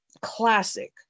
classic